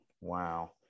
Wow